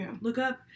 lookup